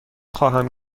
خواهم